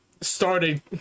started